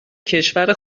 کشور